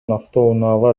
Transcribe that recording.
автоунаалар